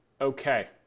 Okay